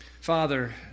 Father